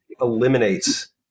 eliminates